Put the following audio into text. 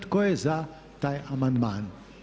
Tko je za taj amandman?